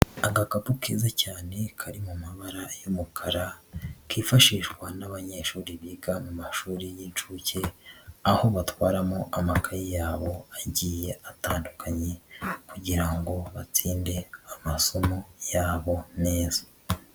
Agakapu keza cyane kari mu mabara y'umukara kifashishwa n'abanyeshuri biga mu mashuri y'inshuke aho batwaramo amakaye yabo agiye atandukanye kugira ngo batsinde amasomo yabo neza.